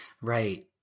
Right